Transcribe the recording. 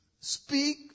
speak